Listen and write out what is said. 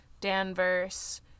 Danvers